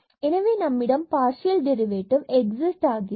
எனவே நம்மிடம் partial derivative exist ஆகிறது